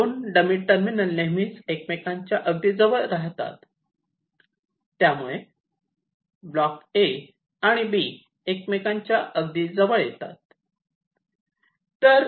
हे 2 dummy terminal नेहमीच एकमेकांच्या अगदी जवळ राहतात ज्यामुळे A आणि B एकमेकांना अगदी जवळ येतात